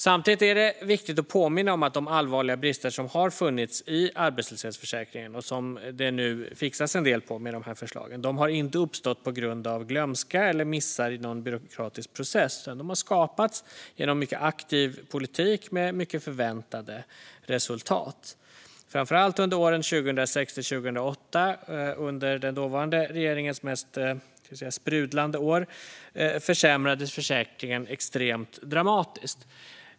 Samtidigt är det viktigt att påminna om att de allvarliga brister som har funnits i arbetslöshetshetsförsäkringen, och som nu till en del fixas med de här förslagen, inte har uppstått på grund av glömska eller missar i någon byråkratisk process utan har skapats genom mycket aktiv politik, med mycket förväntade resultat. Framför allt under åren 2006-2008 under den dåvarande regeringens mest sprudlande år försämrades försäkringen extremt dramatiskt.